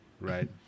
right